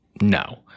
No